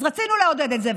אז רצינו לעודד את זה.